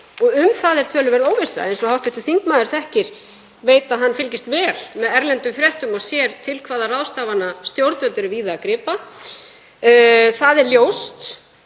og um það er töluverð óvissa, eins og hv. þingmaður þekkir, ég veit að hann fylgist vel með erlendum fréttum og sér til hvaða ráðstafana stjórnvöld víða eru að grípa. Það er ljóst